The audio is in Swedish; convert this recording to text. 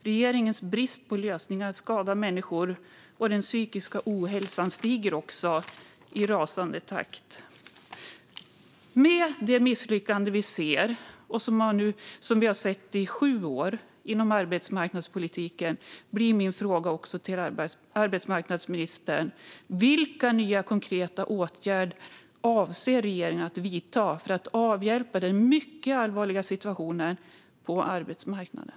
Regeringens brist på lösningar skadar människor, och den psykiska ohälsan stiger också i rasande fart. Med det misslyckande vi ser inom arbetsmarknadspolitiken, och som vi nu har sett i sju år, blir min fråga till arbetsmarknadsministern: Vilka nya konkreta åtgärder avser regeringen att vidta för att avhjälpa den mycket allvarliga situationen på arbetsmarknaden?